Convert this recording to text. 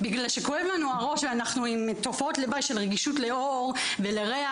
בגלל שכואב לנו הראש ואנחנו עם תופעות לוואי של רגישות לאור או לריח,